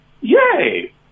yay